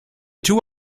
two